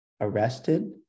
arrested